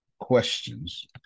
questions